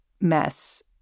mess